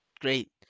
great